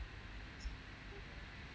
oh ya lah eight lor